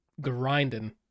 grinding